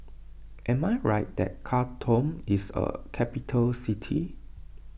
am I right that Khartoum is a capital city